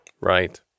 Right